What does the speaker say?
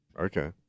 Okay